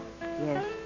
Yes